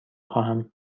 خواهم